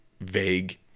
vague